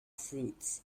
fruits